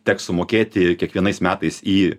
teks sumokėti kiekvienais metais į